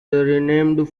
renamed